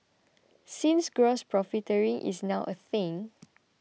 since gross profiteering is now a thing